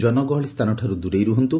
ଜନଗହଳି ସ୍ଚାନଠାରୁ ଦୂରେଇ ରୁହନ୍ତୁ